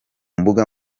mbuga